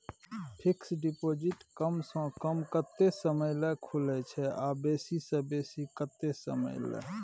Fixed deposit कम स कम कत्ते समय ल खुले छै आ बेसी स बेसी केत्ते समय ल?